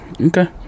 Okay